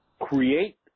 create